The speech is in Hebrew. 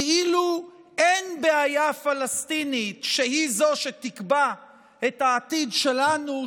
כאילו אין בעיה פלסטינית שהיא זו שתקבע את העתיד שלנו,